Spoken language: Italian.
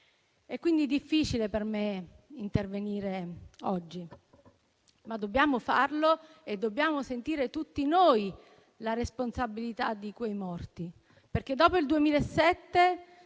È quindi difficile per me intervenire oggi, ma dobbiamo farlo e dobbiamo sentire tutti noi la responsabilità di quei morti. Dopo il 2007,